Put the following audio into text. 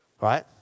Right